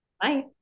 Bye